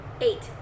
Eight